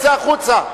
שיצא החוצה.